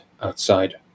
outside